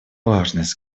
важность